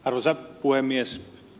arvoisa puhemies